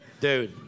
Dude